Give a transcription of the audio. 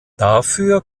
dafür